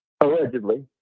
allegedly